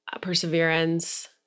Perseverance